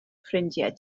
ffrindiau